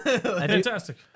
Fantastic